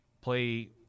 play